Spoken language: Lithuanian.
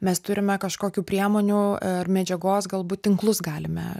mes turime kažkokių priemonių ar medžiagos galbūt tinklus galime